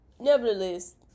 nevertheless